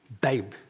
babe